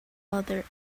other